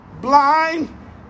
blind